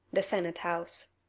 the senate house.